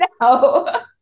No